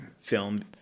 film